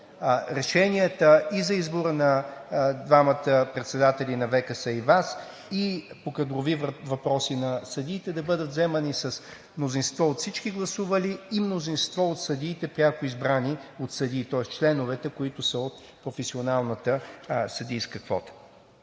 Решенията за избора на двамата председатели – на ВКС и на ВАС, и по кадровите въпроси за съдиите, да бъдат вземани с мнозинство от всички гласували и мнозинство от съдиите, пряко избрани от съдии, тоест членовете, които са от професионалната съдийска квота,